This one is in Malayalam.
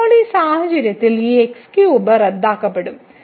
ഇപ്പോൾ ഈ സാഹചര്യത്തിൽ ഈ x3 റദ്ദാക്കപ്പെടും